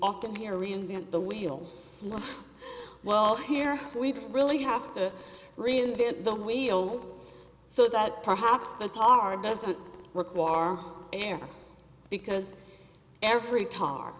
often hear reinvent the wheel well here we really have to reinvent the wheel so that perhaps the tar doesn't require our air because every tar